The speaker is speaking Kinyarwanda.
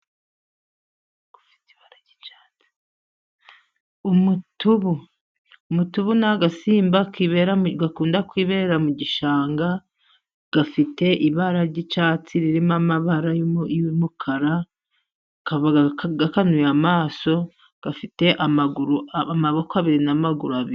Umutubu ni agasimba gakunda kwibera mu gishanga gafite ibara ry'icyatsi ririmo amabara y'umukara Kaba gakanuye amaso, gafite amaboko abiri n'amaguru abiri.